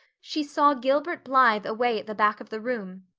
she saw gilbert blythe away at the back of the room,